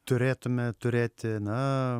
turėtume turėti na